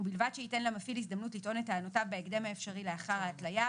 ובלבד שייתן למפעיל הזדמנות לטעון את טענותיו בהקדם האפשרי לאחר ההתליה,